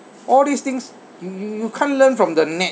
all these things you you you can learn from the net